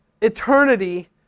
eternity